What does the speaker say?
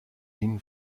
ihnen